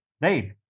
Right